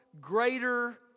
greater